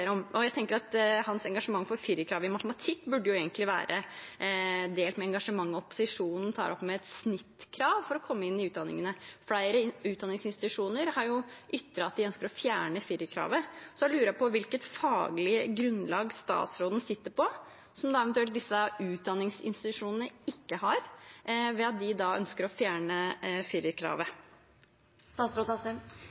matematikk egentlig burde være delt med engasjementet som opposisjonen tar opp, med et snittkrav for å komme inn i utdanningene. Flere utdanningsinstitusjoner har jo ytret at de ønsker å fjerne firerkravet. Så jeg lurer på hvilket faglig grunnlag statsråden sitter på som eventuelt disse utdanningsinstitusjonene ikke har, ved at de da ønsker å fjerne firerkravet.